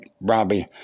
Robbie